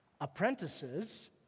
Apprentices